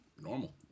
normal